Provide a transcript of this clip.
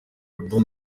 album